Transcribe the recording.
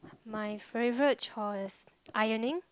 my favourite chore is ironing